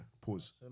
Pause